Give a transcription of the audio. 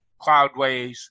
Cloudways